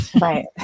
right